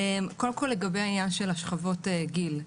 קודם כל, לגבי העניין של שכבות הגיל.